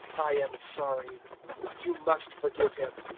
i am sorry you must forgive him.